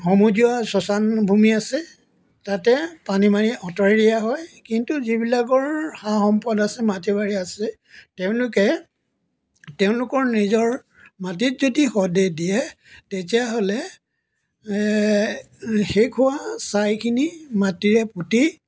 সমজুৱা শশানভূমি আছে তাতে পানী মাৰি আঁতৰাই দিয়া হয় কিন্তু যিবিলাকৰ সা সম্পদ আছে মাটি বাৰী আছে তেওঁলোকে তেওঁলোকৰ নিজৰ মাটিত যদি শৱদেহ দিয়ে তেতিয়াহ'লে শেষ হোৱা ছাইখিনি মাটিৰে পুতি